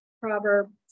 proverb